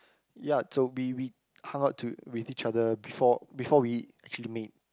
ya so we we hung out to with each other before before we actually meet